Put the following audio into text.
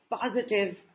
positive